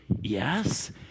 Yes